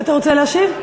אתה רוצה להשיב?